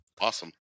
awesome